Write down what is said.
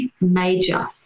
major